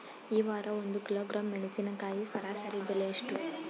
ಈ ವಾರ ಒಂದು ಕಿಲೋಗ್ರಾಂ ಮೆಣಸಿನಕಾಯಿಯ ಸರಾಸರಿ ಬೆಲೆ ಎಷ್ಟು?